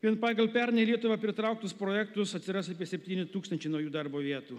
vien pagal pernai į lietuvą pritrauktus projektus atsiras apie septyni tūkstančiai naujų darbo vietų